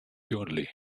currently